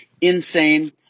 Insane